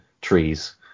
trees